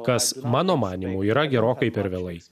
kas mano manymu yra gerokai per vėlai